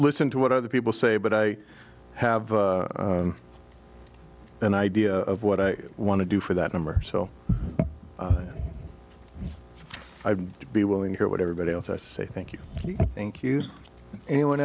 listen to what other people say but i have an idea of what i want to do for that number so i'd be willing to hear what everybody else i say thank you thank you anyone